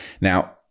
Now